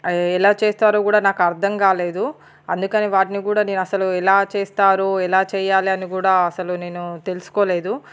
ఎలా చేస్తారో కూడా నాకు అర్థం కాలేదు అందుకని వాటిని కూడా నేను అసలు ఎలా చేస్తారో ఎలా చేయాలి అని కూడా అసలు నేను తెలుసుకోలేదు